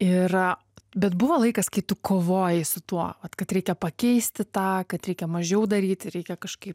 ir bet buvo laikas kai tu kovojai su tuo vat kad reikia pakeisti tą kad reikia mažiau daryti reikia kažkaip